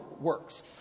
works